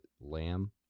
lamb